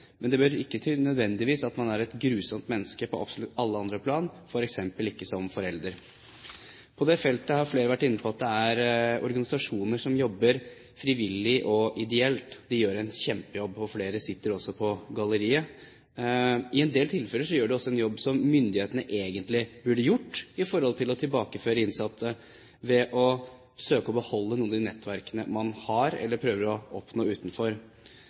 Men det betyr ikke nødvendigvis at man er et grusomt menneske på absolutt alle andre plan, f.eks. ikke som forelder. Flere har vært inne på at organisasjoner som jobber frivillig og ideelt på dette feltet, gjør en kjempejobb – flere av dem sitter på galleriet. I en del tilfeller gjør de også en jobb som myndighetene egentlig burde gjort for å tilbakeføre innsatte, ved å søke å beholde noen av de nettverkene de har, eller prøver å oppnå utenfor.